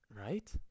right